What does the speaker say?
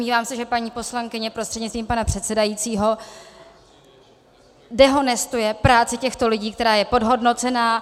Domnívám se, že paní poslankyně prostřednictvím pana předsedajícího dehonestuje práci těchto lidí, která je podhodnocená.